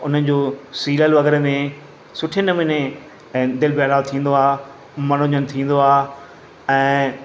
उन जो सीरियल वग़ैरह में सुठे नमूने ऐं दिलि बहलाव थींदो आहे मनोरंजन थींदो आहे ऐं